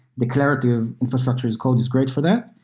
declarative infrastructure as code is great for that.